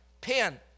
pen